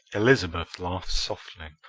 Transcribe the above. elizabeth laughed softly.